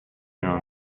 non